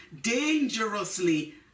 dangerously